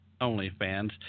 OnlyFans